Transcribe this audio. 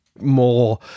more